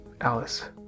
Alice